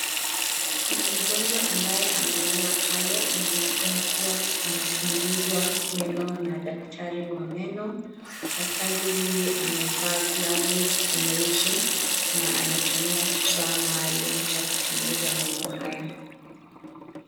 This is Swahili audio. Kuna mgonjwa ambaye amelala pale. Anaonekana kuwa anachunguzwa meno na daktari wa meno. Daktari huyu amevalia glavu nyeusi na anatumia kifaa maalum cha kuchunguza meno haya.